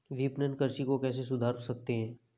विपणन कृषि को कैसे सुधार सकते हैं?